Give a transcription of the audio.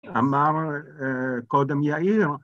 ‫אמר קודם יאיר.